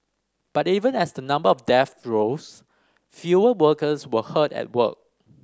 but even as the number of deaths rose fewer workers were hurt at work